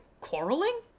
quarreling